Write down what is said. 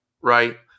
right